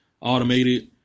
automated